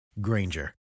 Granger